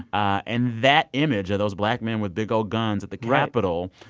and that image of those black men with big old guns at the capital.